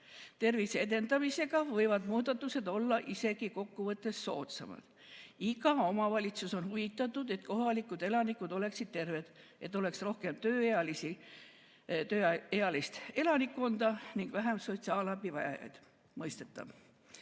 tervise edendamisega, siis võivad muudatused olla kokkuvõttes isegi soodsamad. Iga omavalitsus on huvitatud, et kohalikud elanikud oleksid terved, et oleks rohkem tööealist elanikkonda ning vähem sotsiaalabi vajajaid. Mõistetav.